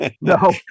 No